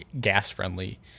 gas-friendly